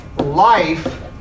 life